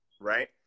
right